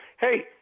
hey